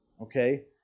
okay